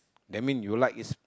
that mean you like is